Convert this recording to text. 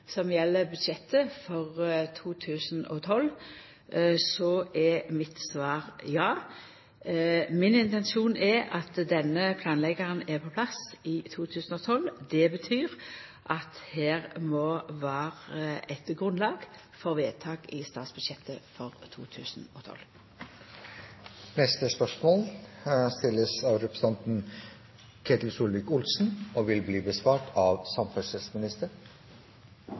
som gjeld budsjettet for 2012, er svaret mitt ja. Min intensjon er at denne planleggjaren er på plass i 2012. Det betyr at her må det vera eit grunnlag for vedtak i statsbudsjettet for 2012. Stortinget går nå til spørsmål 14. Dette spørsmålet, fra representanten Ketil Solvik-Olsen til olje- og energiministeren, vil bli besvart av